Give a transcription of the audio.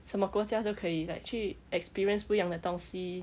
什么国家都可以 like 去 experience 不一样的东西